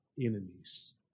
enemies